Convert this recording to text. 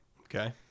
Okay